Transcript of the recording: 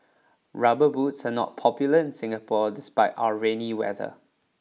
rubber boots are not popular in Singapore despite our rainy weather